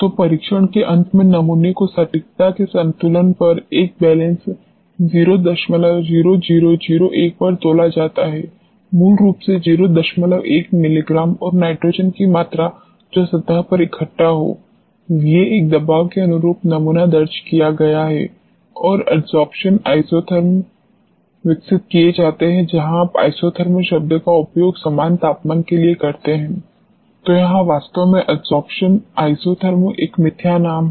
तो परीक्षण के अंत में नमूने को सटीकता के संतुलन पर एक बैलेंस 00001 पर तौला जाता है मूल रूप से 01 मिलीग्राम और नाइट्रोजन की मात्रा जो सतह पर इकठ्ठा हो Va एक दबाव के अनुरूप नमूना दर्ज किया गया है और एडसोर्प्शन आइसोथर्मस विकसित किए जाते हैं जहां आप आइसोथर्म शब्द का उपयोग समान तापमान के लिए करते हैं तो यहाँ वास्तव में एडसोर्प्शन आइसोथर्मस एक मिथ्या नाम है